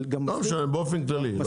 לא משנה; באופן כללי.